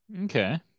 okay